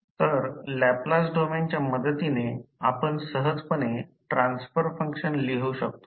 तर लॅपलास डोमेनच्या मदतीने आपण सहजपणे ट्रान्सफर फंक्शन मिळवू शकतो